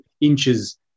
inches